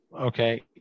okay